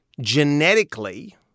genetically